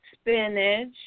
spinach